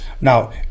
Now